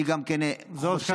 אני גם חושב, בושה